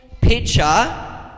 picture